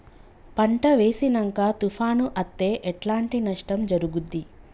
పంట వేసినంక తుఫాను అత్తే ఎట్లాంటి నష్టం జరుగుద్ది?